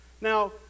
now